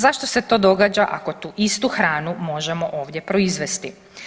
Zašto se to događa ako tu istu hranu možemo ovdje proizvesti?